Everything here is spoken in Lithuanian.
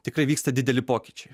tikrai vyksta dideli pokyčiai